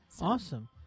awesome